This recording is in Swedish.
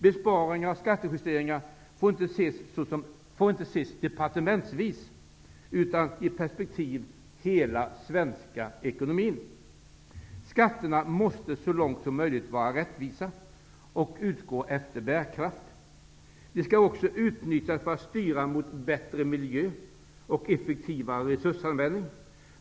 Besparingar och skattejusteringar får inte ses departementsvis utan i perspektivet av hela den svenska ekonomin. Skatterna måste så långt det är möjligt vara rättvisa och utgå efter bärkraft. De skall också utnyttjas för att styra mot bättre miljö och effektivare resursanvändning.